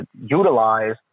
utilize